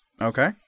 Okay